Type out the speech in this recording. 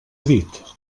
dit